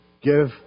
give